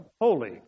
holy